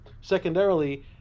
Secondarily